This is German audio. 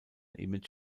image